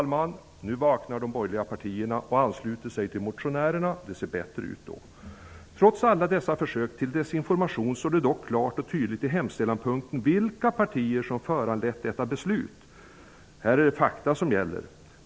Nu vaknar de borgerliga partierna och ansluter sig till motionärerna. Det ser bättre ut då. Trots alla dessa försök till desinformation står det dock klart och tydligt i hemställanspunkten vilka partier som föranlett detta beslut. Här är det fakta som gäller.